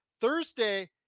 Thursday